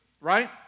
right